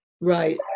Right